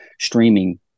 streaming